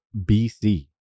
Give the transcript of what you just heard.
BC